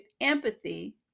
empathy